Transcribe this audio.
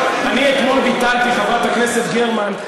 חברת הכנסת גרמן,